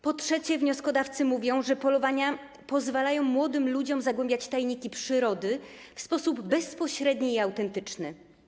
Po trzecie, wnioskodawcy mówią, że polowania pozwalają młodym ludziom zgłębiać tajniki przyrody w sposób bezpośredni i autentyczny.